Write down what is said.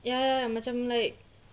ya macam like